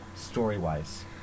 Story-wise